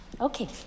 Okay